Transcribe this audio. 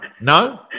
No